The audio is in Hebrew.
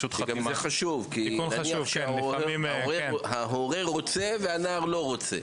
זה חשוב, כי נניח שההורה רוצה והנער לא רוצה.